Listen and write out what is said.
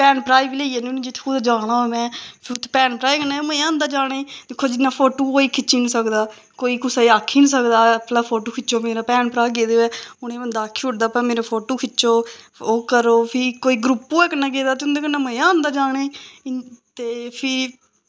भैन भ्राऽ गी बी लेइयै जन्नी होनी जित्थें कुतै जाना होऐ में ते उत्थें भैन भ्राएं कन्नै गै मज़ा आंदा ऐ जाने गी दिक्खो जियां कोई फोटो खिच्ची नी सकदा कोई कुसा गी आक्खी नी सकदा कि भला फोटो खिच्चो मेरा भैन भ्राऽ गेदे होऐ उनेंगी बंदा आक्खी ओड़दा भला मेरा फोटो खिच्चो ओह् करो फ्ही कोई ग्रुप होऐ कन्नै गेदा उं'दे ते कन्नै बी मज़ा आंदा जाने ई इ'यां ते फ्ही